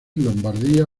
lombardía